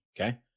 okay